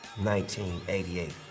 1988